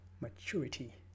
maturity